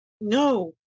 no